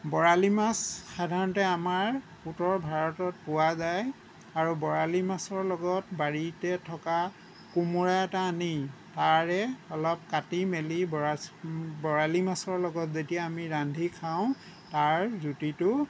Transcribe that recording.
বৰালি মাছ সাধাৰণতে আমাৰ উত্তৰ ভাৰতত পোৱা যায় আৰু বৰালি মাছৰ লগত বাৰীতে থকা কোমোৰা এটা আনি তাৰে অলপ কাটি মেলি বৰালি মাছৰ লগত যদি আমি ৰান্ধি খাওঁ তাৰ জুতিটো